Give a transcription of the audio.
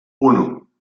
uno